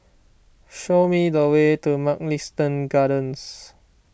show me the way to Mugliston Gardens